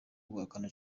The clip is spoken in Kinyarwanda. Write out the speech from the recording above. guhakana